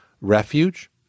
refuge